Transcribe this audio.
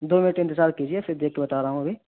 دو minute انتظار کیجیے پھر دیکھ کے بتا رہا ہوں ابھی